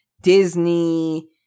Disney